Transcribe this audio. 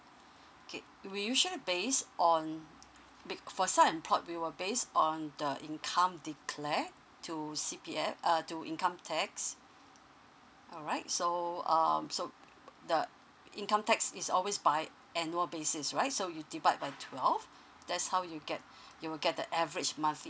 kay~ we usually base on big for some employed we will base on the income declare to C_P_F err to income tax alright so um so the income tax is always by annual basis right so you divide by twelve that's how you get you will get the average monthly